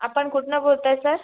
आपण कुठनं बोलत आहे सर